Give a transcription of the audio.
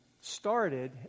started